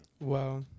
Wow